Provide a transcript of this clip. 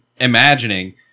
imagining